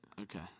Okay